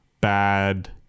bad